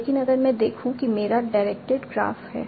लेकिन अगर मैं देखूं कि मेरा डायरेक्टेड ग्राफ है